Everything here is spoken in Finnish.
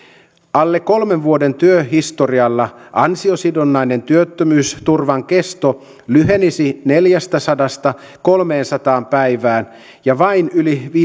alle kolmen vuoden työhistorialla ansiosidonnaisen työttömyysturvan kesto lyhenisi neljästäsadasta kolmeensataan päivään ja vain yli